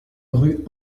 rue